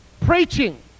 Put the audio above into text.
preaching